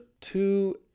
two